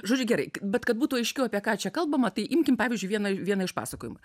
žodžiu gerai bet kad būtų aiškiau apie ką čia kalbama tai imkim pavyzdžiui vieną vieną iš pasakojimų